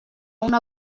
una